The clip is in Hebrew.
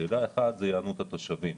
שאלה אחת זו היענות התושבים.